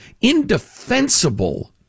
indefensible